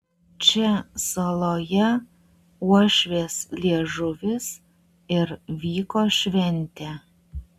čia saloje uošvės liežuvis ir vyko šventė